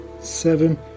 seven